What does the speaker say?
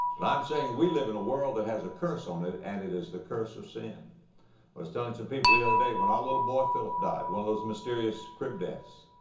but i'm saying we live in a world that has a curse on it and it is the curse of sin. i was telling some people the other day, when our little boy philip died, one of those mysterious crib deaths,